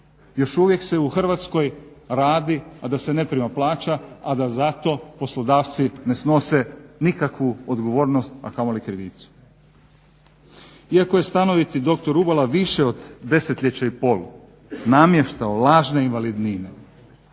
Još uvijek se u Hrvatskoj radi, a da se ne prima plaća, a da zato poslodavci ne snose nikakvu odgovornost, a kamoli krivicu. Iako je stanoviti doktor Rubala više od desetljeća i pol namještao lažne invalidnine,